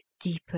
deeper